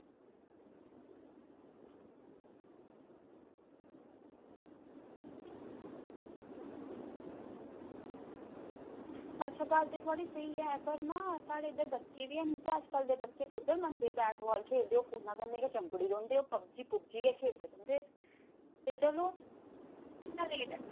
आं बाल्टी थुआढ़ी सेही ऐ पर साढ़े इद्धर बच्चे बी हैन ते अज्जकल दे बच्चे कुद्धर मनदे ते ओह् बैट बॉल खेल्लदे ओह् फोनै कन्नै गै चम्बड़ी पौंदे पबजी पबजी गै खेल्लदे रौहंदे ते चलो